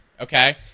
okay